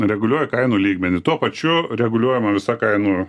reguliuoja kainų lygmenį tuo pačiu reguliuojama visa kainų